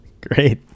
Great